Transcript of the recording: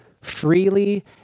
freely